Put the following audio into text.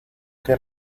que